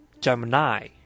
Gemini